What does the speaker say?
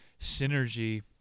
Synergy